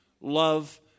love